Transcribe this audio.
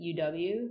UW